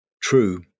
true